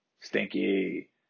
stinky